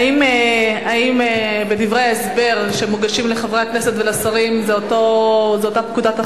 האם בדברי ההסבר שמוגשים לחברי הכנסת ולשרים זה אותו סעיף,